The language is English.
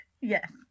yes